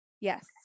Yes